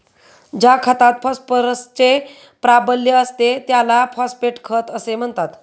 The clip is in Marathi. ज्या खतात फॉस्फरसचे प्राबल्य असते त्याला फॉस्फेट खत असे म्हणतात